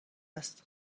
هست